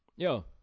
Yo